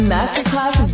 Masterclass